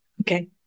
okay